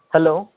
hello